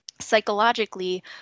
psychologically